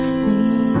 see